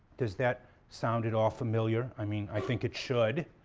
does that sound at all familiar? i mean i think it should,